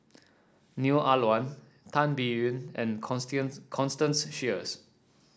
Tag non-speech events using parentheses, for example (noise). Neo Ah Luan Tan Biyun and (unintelligible) Constance Sheares